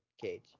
Cage